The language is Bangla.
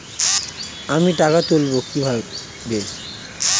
আমি টাকা তুলবো কি ভাবে?